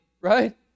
right